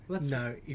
No